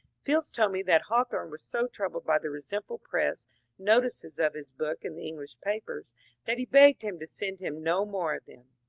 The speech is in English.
fields told me that hawthorne was so troubled by the resentful press notices of his book in the english papers that he begged him to send him no more of them.